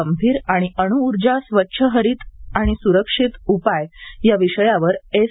गंभीर आणि अण् उर्जा स्वच्छ हरित आणि स्रक्षित पर्याय या विषयावर एस